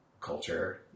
culture